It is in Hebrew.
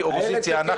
כאופוזיציה,